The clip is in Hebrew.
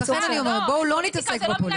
אז לכן אני אומרת, בואו לא נתעסק בפוליטיקה.